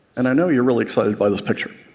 and i know you're really excited by this picture.